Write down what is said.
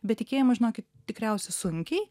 bet tikėjimo žinokit tikriausia sunkiai